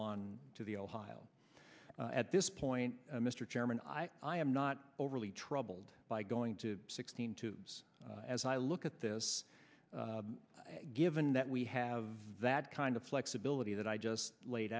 on to the ohio at this point mr chairman i i am not overly troubled by going to sixteen tubes as i look at this given that we have that kind of flexibility that i just laid